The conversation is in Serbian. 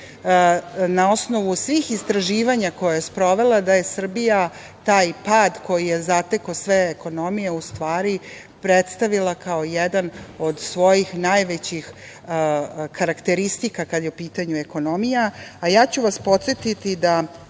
na osnovu svih istraživanja koje je sprovela da je Srbija taj pad, koji je zatekao sve ekonomije, u stvari, predstavila kao jedan od svojih najvećih karakteristika kada je u pitanju ekonomija. Podsetiću